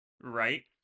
right